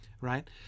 Right